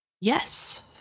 Yes